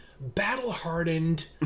battle-hardened